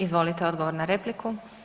Izvolite odgovor na repliku.